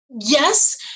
Yes